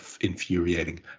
infuriating